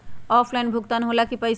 Offline भुगतान हो ला कि पईसा?